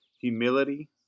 humility